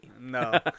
No